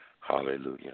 Hallelujah